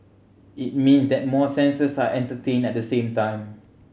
it means that more senses are entertained at the same time